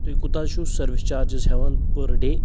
تُہۍ کوٗتاہ حظ چھُو سٔروِس چارجِز ہیٚوان پٔر ڈے